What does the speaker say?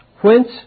Whence